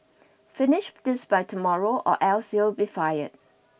finish this by tomorrow or else you'll be fired